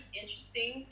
interesting